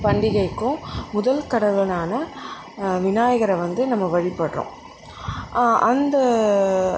பண்டிகைக்கும் முதல் கடவுளான விநாயகரை வந்து நம்ம வழிபடுறோம் அந்த